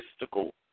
mystical